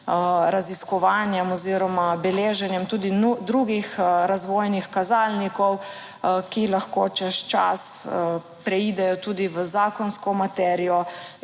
raziskovanjem oziroma beleženjem tudi drugih razvojnih kazalnikov, ki lahko čez čas preidejo tudi v zakonsko materijo.